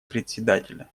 председателя